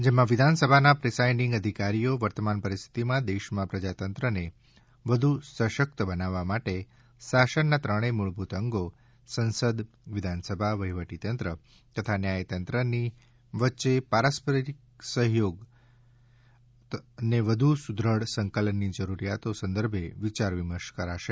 જેમાં વિધાનસભાના પ્રિસાઇડિંગ અધિકારીઓ વર્તમાન પરિસ્થિતિમાં દેશમાં પ્રજાતંત્રને વધુ સશક્ત બનાવવા માટે શાસનના ત્રણેય મૂળભૂત અંગો સંસદવિધાનસભા વહીવટીતંત્ર તથા ન્યાયતંત્રની વચ્ચે પારસ્પરિક સહયોગ સામંજસ્ય તથા વધુ સુદ્રઢ સંકલનની જરૂરિયાતો સંદર્ભે વિયાર કરશે